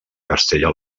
castella